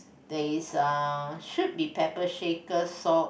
there is uh should be pepper shakers salt